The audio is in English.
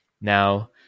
now